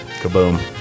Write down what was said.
Kaboom